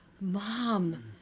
Mom